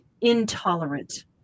intolerant